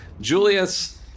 Julius